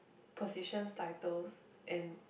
positions titles and